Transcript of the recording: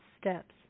steps